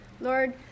Lord